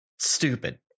stupid